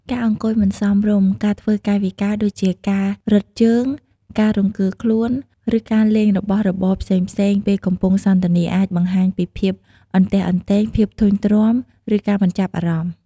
ការអង្គុយមិនសមរម្យ ការធ្វើកាយវិការដូចជាការរឹតជើង ការរង្គើខ្លួន ឬការលេងរបស់របរផ្សេងៗពេលកំពុងសន្ទនា អាចបង្ហាញពីភាពអន្ទះអន្ទែង ភាពធុញទ្រាន់ ឬការមិនចាប់អារម្មណ៍។